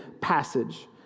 passage